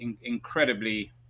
incredibly